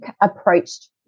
approached